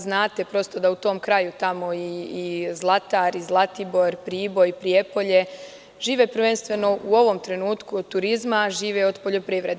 Znate da u tom kraju tamo i Zlatar, i Zlatibor, Priboj, Prijepolje žive prvenstveno u ovom trenutku od turizma, žive od poljoprivrede.